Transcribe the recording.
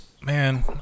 Man